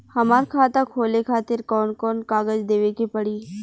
हमार खाता खोले खातिर कौन कौन कागज देवे के पड़ी?